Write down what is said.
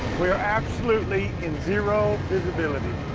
we are absolutely in zero visibility.